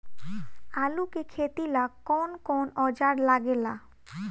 आलू के खेती ला कौन कौन औजार लागे ला?